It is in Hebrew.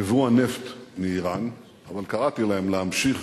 יבוא הנפט מאירן, אבל קראתי להם להמשיך